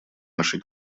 нашей